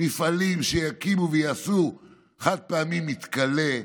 מפעלים שיקימו ויעשו חד-פעמי מתכלה.